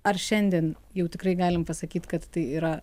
ar šiandien jau tikrai galim pasakyt kad tai yra